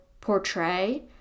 portray